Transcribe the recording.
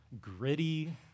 gritty